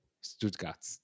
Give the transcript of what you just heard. Stuttgart